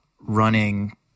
running